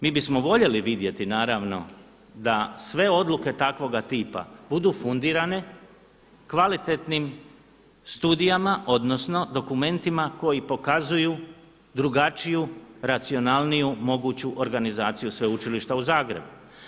Mi bismo voljeli vidjeti naravno da sve odluke takvoga tipa budu fundirane kvalitetnim studijama, odnosno dokumentima koji pokazuju drugačiju, racionalniju moguću organizaciju Sveučilišta u Zagrebu.